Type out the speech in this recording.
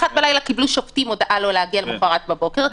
ב-01:00 בלילה קיבלו שופטים הודעה לא להגיע למוחרת בבוקר.